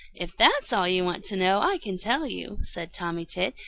if that's all you want to know, i can tell you, said tommy tit,